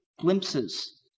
glimpses